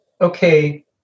okay